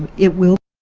it will